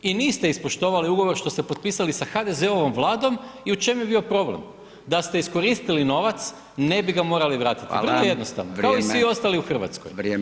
I niste ispoštovali ugovor što ste potpisali sa HDZ-ovom vladom i u čem je bio problem, da ste iskoristili novac ne bi ga morali vratiti, vrlo jednostavno, kao i [[Upadica: Hvala, vrijeme.]] svi ostali u Hrvatskoj.